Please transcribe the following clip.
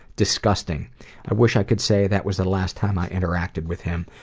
disgusting i wish i could say that was the last time i interacted with him,